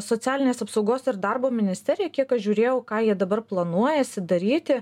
socialinės apsaugos ir darbo ministerija kiek aš žiūrėjau ką jie dabar planuojasi daryti